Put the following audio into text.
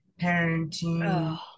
parenting